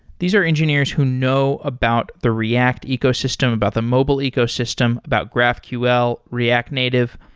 these are engineers who know about the react ecosystem, about the mobile ecosystem, about graphql, react native.